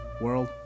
world